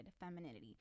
femininity